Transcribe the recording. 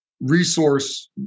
resource